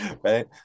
right